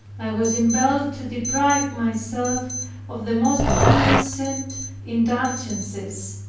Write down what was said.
i was impelled to deprive myself of the most innocent indulgences.